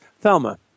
Thelma